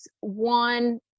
one